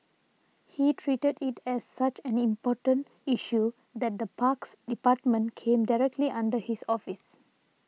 he treated it as such an important issue that the parks department came directly under his office